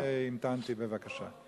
לכן המתנתי, בבקשה.